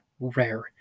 Rare